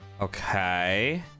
Okay